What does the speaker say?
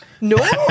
No